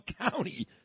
County